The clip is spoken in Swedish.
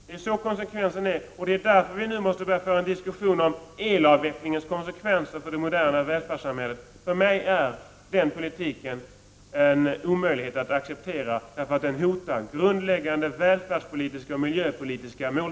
Detta är konsekvensen, och därför måste vi börja diskutera elavvecklingens följder för det moderna välfärdssamhället. För mig är den ifrågavarande politiken omöjlig att acceptera, eftersom den hotar uppnåendet av grundläggande välfärdspolitiska och miljöpolitiska mål.